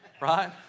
Right